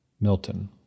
Milton